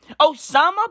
Osama